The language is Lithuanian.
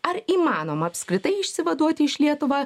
ar įmanoma apskritai išsivaduoti iš lietuvą